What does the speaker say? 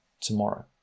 tomorrow